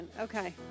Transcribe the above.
okay